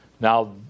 Now